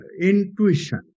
intuition